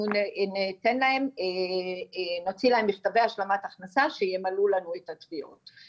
נוציא להם מכתבי השלמת הכנסה שימלאו לנו את התביעות.